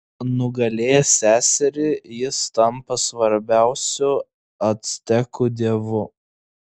nugalėjęs seserį jis tampa svarbiausiu actekų dievu